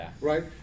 right